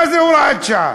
מה זה הוראת שעה?